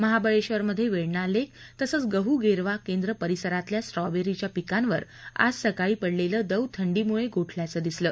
महाबळेश्वरात Venna lake तसंच गहू गेरवा केंद्र परिसरातल्या स्ट्रॉबेरीच्या पिकांवर आज सकाळी पडलेलं दव थंडीमुळे गोठल्याचं दिसलं